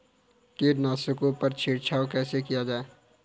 कीटनाशकों पर छिड़काव कैसे किया जाए?